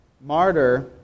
martyr